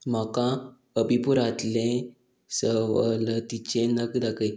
म्हाका अभिपुरांतले सवलतीचे नग दाखय